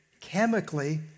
chemically